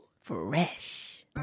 Fresh